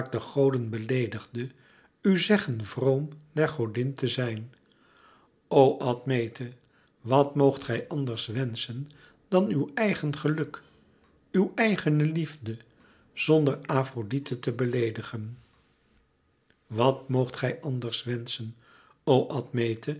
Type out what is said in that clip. de goden beleedigde u zeggen vroom der godin te zijn o admete wat moogt gij anders wenschen dan uw eigen geluk uw eigene liefde zonder afrodite te beleedigen wat moogt gij anders wenschen